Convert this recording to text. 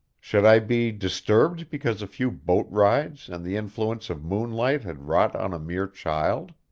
should i be disturbed because a few boat rides and the influence of moonlight had wrought on a mere child?